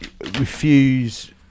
refuse